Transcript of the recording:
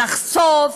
לחשוף,